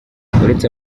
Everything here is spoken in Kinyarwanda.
uretse